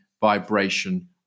vibration